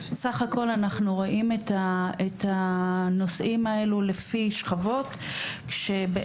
סך הכול אנחנו רואים את הנושאים האלו לפי שכבות שבעצם